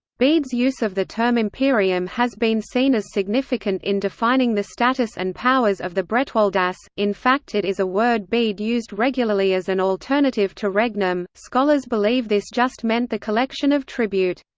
bede's use of the term imperium has been seen as significant in defining the status and powers of the bretwaldas, in fact it is a word bede used regularly as an alternative to regnum scholars believe this just meant the collection of tribute.